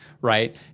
right